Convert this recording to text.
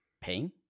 pain